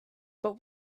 but